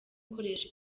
gukoresha